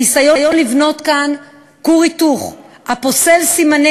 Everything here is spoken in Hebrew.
הניסיון לבנות כאן כור היתוך הפוסל סימני